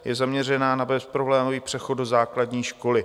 Je zaměřena na bezproblémový přechod do základní školy.